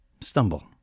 stumble